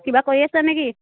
কিবা কৰি আছেনে কি